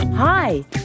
Hi